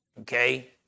okay